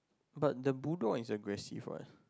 but the bulldog is aggressive what